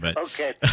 Okay